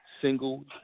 single